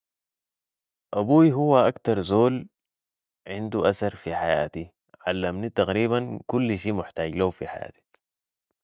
ابوي هو اكتر زول عنده أثر في حياتي علمني تقريبا كل شئ محتاج ليه في حياتي